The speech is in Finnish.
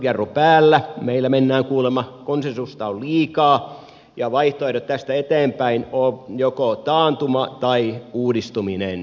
käsijarru päällä meillä mennään kuulemma konsensusta on liikaa ja vaihtoehdot tästä eteenpäin ovat joko taantuma tai uudistaminen